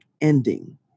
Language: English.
ending